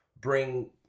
bring